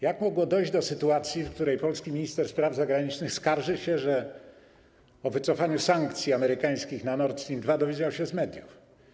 Jak mogło dojść do sytuacji, w której polski minister spraw zagranicznych skarży się, że o wycofaniu sankcji amerykańskich dotyczących Nord Stream 2 dowiedział się z mediów?